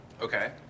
Okay